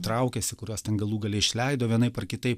traukiasi kuriuos ten galų gale išleido vienaip ar kitaip